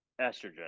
estrogen